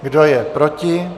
Kdo je proti?